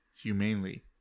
humanely